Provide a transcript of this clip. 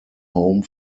home